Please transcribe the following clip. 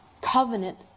covenant